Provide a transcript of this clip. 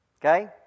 Okay